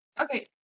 Okay